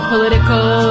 political